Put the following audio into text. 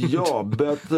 jo bet